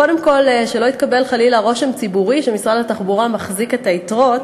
קודם כול שלא יתקבל חלילה רושם בציבור שמשרד התחבורה מחזיק את היתרות.